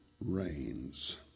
reigns